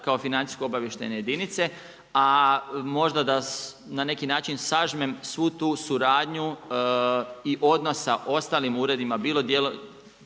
kao financijsko-obavještajne jedinice, a možda da na neki način sažmem svu tu suradnju i odnosa ostalim uredima, bilo diljem